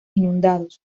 inundados